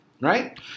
Right